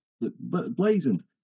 blazoned